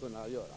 kunna göra.